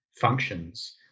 functions